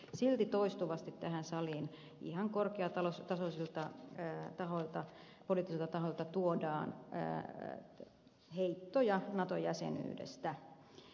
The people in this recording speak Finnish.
silti toistuvasti tähän saliin ihan korkeatasoisilta tahoilta poliittisilta tahoilta tuodaan heittoja nato jäsenyydestä